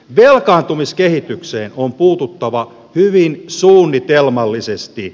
velkaantumiskehitykseen on puututtava hyvin suunnitelmallisesti